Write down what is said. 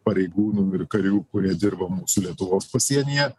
pareigūnų ir karių kurie dirba mūsų lietuvos pasienyje